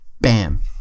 bam